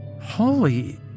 Holy